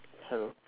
hello